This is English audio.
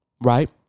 right